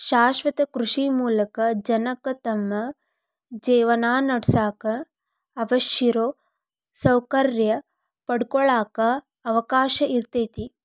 ಶಾಶ್ವತ ಕೃಷಿ ಮೂಲಕ ಜನಕ್ಕ ತಮ್ಮ ಜೇವನಾನಡ್ಸಾಕ ಅವಶ್ಯಿರೋ ಸೌಕರ್ಯ ಪಡ್ಕೊಳಾಕ ಅವಕಾಶ ಇರ್ತೇತಿ